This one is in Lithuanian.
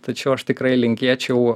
tačiau aš tikrai linkėčiau